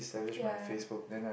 ya